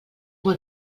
molt